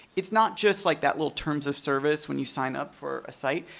it's not just like that little terms of service when you sign up for a site.